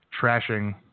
trashing